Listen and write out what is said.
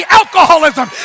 alcoholism